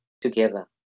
together